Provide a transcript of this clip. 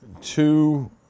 two